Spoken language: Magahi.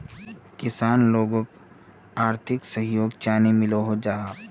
किसान लोगोक आर्थिक सहयोग चाँ नी मिलोहो जाहा?